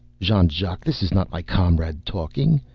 jean-jacques, this is not my comrade talking.